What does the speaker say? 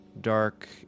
dark